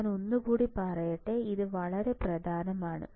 ഞാൻ ഒന്നുകൂടി പറയട്ടെ ഇത് വളരെ പ്രധാനമാണ്